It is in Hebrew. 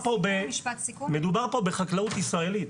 מדובר פה בחקלאות ישראלית.